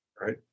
Right